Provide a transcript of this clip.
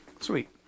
Sweet